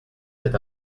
cet